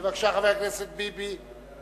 בבקשה, חבר הכנסת ביבי.